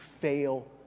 fail